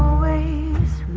ways